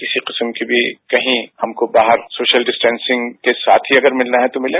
किसी किस्म भी कहीं हमको बाहर के सोशल डिस्टेंसिंग के साथ ही अगर मिलना है तो मिलें